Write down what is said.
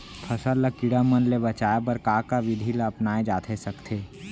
फसल ल कीड़ा मन ले बचाये बर का का विधि ल अपनाये जाथे सकथे?